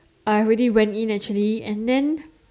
I already went in actually and then